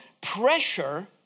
pressure